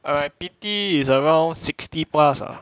err my pity is around sixty plus ah